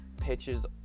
pitches